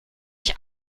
ich